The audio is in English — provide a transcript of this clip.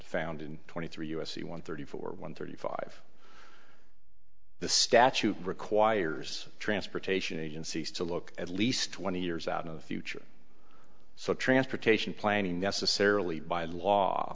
found in twenty three u s c one thirty four one thirty five the statute requires transportation agencies to look at least twenty years out of the future so transportation planning necessarily by law